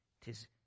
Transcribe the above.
Tis